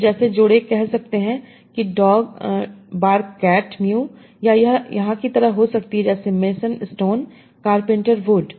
तो जैसे जोड़े कह सकते हैं कि डॉग बार्क कैट मीयू या यह यहाँ की तरह हो सकती है जैसे मेसन स्टोन कारपेंटर वुड